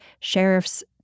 sheriffs